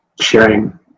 sharing